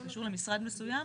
שקשור למשרד מסוים,